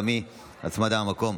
גם היא בהנמקה מהמקום.